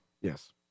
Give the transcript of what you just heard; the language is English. Yes